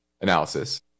analysis